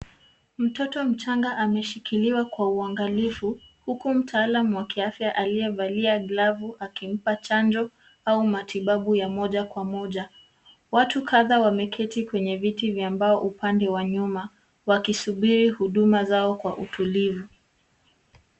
Mtoto mchanga ameshikiliwa kwa uangalifu, huku mtaalamu wa kiafya aliyevalia glavu akimpa chanjo au matibabu ya moja kwa moja. Watu kadha wameketi kwenye viti vya mbao upande wa nyuma wa kisubiri huduma zao kwa utulivu.